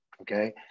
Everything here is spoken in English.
Okay